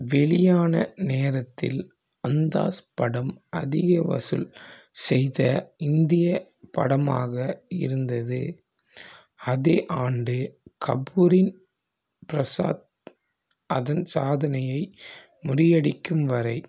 வெளியான நேரத்தில் அந்தாஸ் படம் அதிக வசூல் செய்த இந்திய படமாக இருந்தது அதே ஆண்டு கபூரின் ப்ரசாத் அதன் சாதனையை முறியடிக்கும் வரை